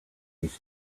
least